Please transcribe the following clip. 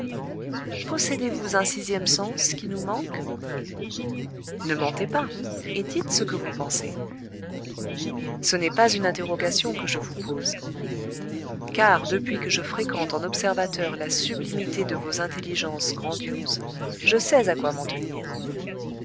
possédez-vous un sixième sens qui nous manque ne mentez pas et dites ce que vous pensez ce n'est pas une interrogation que je vous pose car depuis que je fréquente en observateur la sublimité de vos intelligences grandioses je sais à quoi m'en tenir